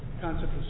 concept